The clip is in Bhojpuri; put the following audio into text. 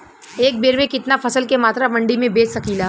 एक बेर में कितना फसल के मात्रा मंडी में बेच सकीला?